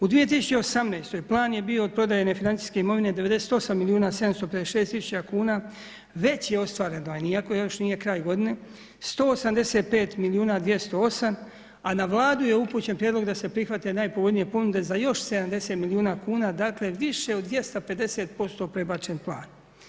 U 2018. plan je bio od prodaje nefinancijske imovine 98 milijuna 756 tisuća kuna već je ostvaren ranije iako još nije kraj godine 185 milijuna 208, a na Vladu je upućen prijedlog da se prihvate najpovoljnije ponude za još 70 milijuna kuna, dakle više od 250% prebačen plan.